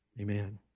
Amen